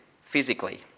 physically